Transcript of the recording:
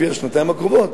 בשנתיים הקרובות,